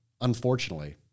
unfortunately